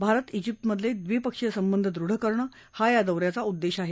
भारत ाजिप्तमधले व्रिपक्षीय संबंध दृढ करणं हा या दौऱ्याचा उद्देश आहे